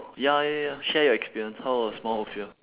ya ya ya share your experience how was mount ophir